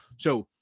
so,